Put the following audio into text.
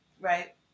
right